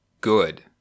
good